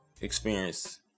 experience